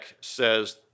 says